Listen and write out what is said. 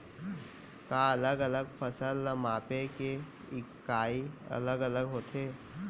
का अलग अलग फसल ला मापे के इकाइयां अलग अलग होथे?